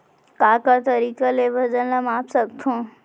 का का तरीक़ा ले वजन ला माप सकथो?